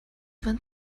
even